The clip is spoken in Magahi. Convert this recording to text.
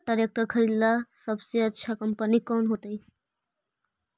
ट्रैक्टर खरीदेला सबसे अच्छा कंपनी कौन होतई?